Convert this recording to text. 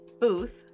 Booth